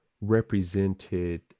represented